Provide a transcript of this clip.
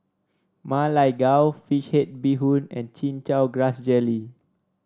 Ma Lai Gao fish head Bee Hoon and Chin Chow Grass Jelly